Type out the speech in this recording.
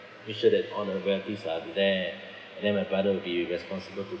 make sure that all the grandkids are already there and then my brother will be responsible to